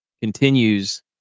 continues